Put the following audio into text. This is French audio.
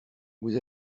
vous